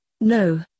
No